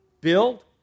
build